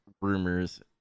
rumors